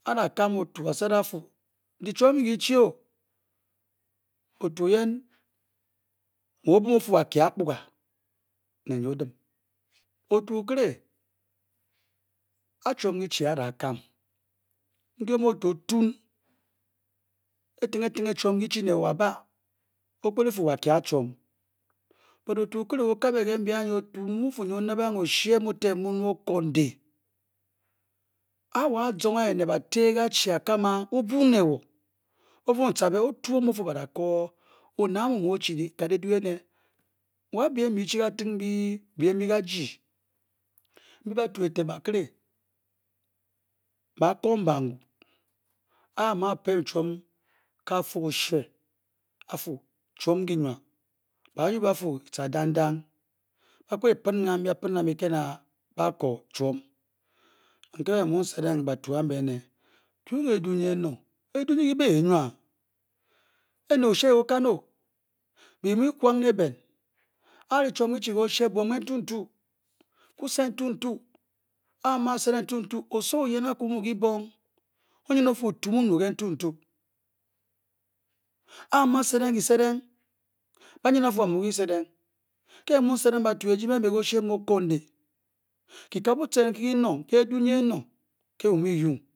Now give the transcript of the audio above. A adakan otu a-fu ri chwom nkyi nkyi kyi-chi i otu oyen mu o-bwoo o-fu WA akyi a akpuga ne nyi o-dim otu okiri a chwom kyi-chi a ada a ekama nkyi o-mu o-chi o-tun o-ri eting tinge chwom nkyi kyi-chi o ne a-ba a-fu no a-fe a chwom otu okiri ookabe kyi-kim ne mbyi anyiaciring aciring mu o-Fu nyi o-nap ng okondi a wo a-buu ne batu ke achi a-zonge a-kam a otu omu a-buu ne wo o-tworn o-fu badeko onet amu mu o-chi chwom ankyi ene wa byem mbyi byi-chi kantik WA byem mbyi kajii mbyi batu eten bakiri mbe ba-kre ng banyii A amu a-pem m chwom ke kafu oshe baaryuu ba-fu kyica dangdang ba-kpet epin kambyi ke na baa-Koo chwom nke me mu n-set ng datu a mbe ene m-Fu kyi ng eduu nkyi enong eduu nkyi kyibi ednwa ene oshe ookan be byimu byi-kwaa ng ne Ben a a-ri chwom set ntuntu kaset ntuntu a amu a-set ng ntunta osowo oyen mu mu aku kyibonge o-nyit ng o-Fu otu mun mu ke ntunta A amu a-set ng byise deng ba-nyit ng ba-fa amu ke byisedeng kè ma n-set ng batu eji mbe mbe ko okondi n-fu kyi ka been nkyi ndyi kying ne edum ng eng kè byimu byi-ryku u